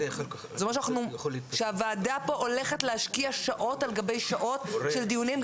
זה אומר שהוועדה הולכת להשקיע פה שעות על גבי שעות של דיונים,